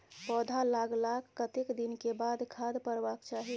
पौधा लागलाक कतेक दिन के बाद खाद परबाक चाही?